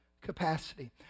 capacity